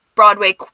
Broadway